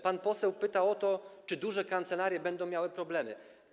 Pan poseł pytał o to, czy duże kancelarie będą miały problemy.